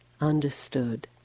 understood